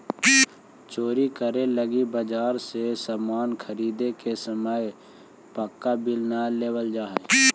चोरी करे लगी बाजार से सामान ख़रीदे के समय पक्का बिल न लेवल जाऽ हई